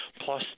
plus